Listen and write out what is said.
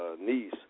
niece